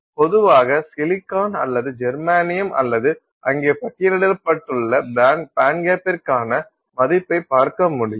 பொதுவாக சிலிக்கான் அல்லது ஜெர்மானியம் அல்லது அங்கே பட்டியலிடப்பட்டுள்ள பேண்ட்கேப்பிற்கான மதிப்பைக் பார்க்க முடியும்